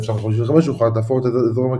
בשנת 1955 הוחלט להפוך את אזור עמק